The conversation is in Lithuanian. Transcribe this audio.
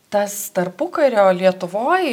tas tarpukario lietuvoj